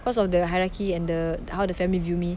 cause of the hierarchy and the how the family view me